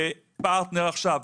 בפרטנר עכשיו,